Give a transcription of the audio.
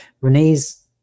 Renee's